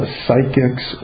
psychics